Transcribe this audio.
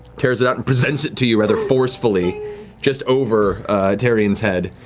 tears it out and presents it to you rather forcefully just over taryon's head.